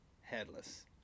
headless